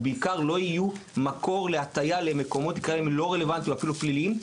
ובעיקר כדי שלא יהוו מקור להטיה למקומות לא רלוונטיים ואפילו פליליים.